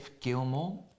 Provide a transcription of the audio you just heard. Gilmore